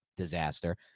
disaster